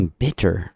bitter